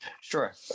Sure